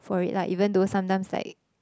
for it lah even though sometimes like